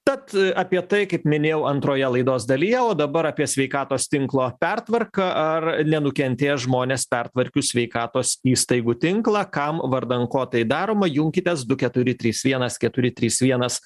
tad apie tai kaip minėjau antroje laidos dalyje o dabar apie sveikatos tinklo pertvarką ar nenukentės žmonės pertvarkius sveikatos įstaigų tinklą kam vardan ko tai daroma junkitės du keturi trys vienas keturi trys vienas